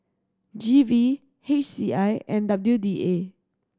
G V H C I and W D A